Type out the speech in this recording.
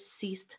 ceased